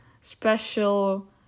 special